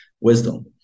wisdom